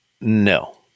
No